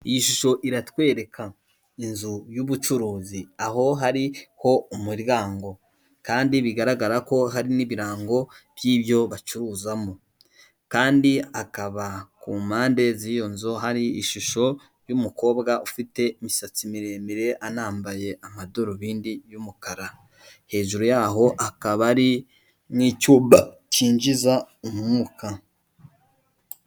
Iyi shusho iratwereka inzu y'ubucuruzi aho hariho umuryango kandi bigaragara ko hari n'ibirango by'ibyo bacuruzamo. Landi akaba ku mpande z'iyo nzu hari ishusho y'umukobwa ufite imisatsi miremire anambaye amadarubindi y'umukara, hejuru yaho akaba ari nk'icyuma cyinjiza umwuka.